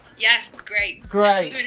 yeah. great. great,